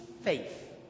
faith